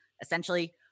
Essentially